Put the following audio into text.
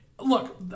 Look